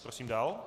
Prosím dál.